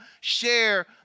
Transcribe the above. share